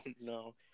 no